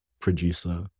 producer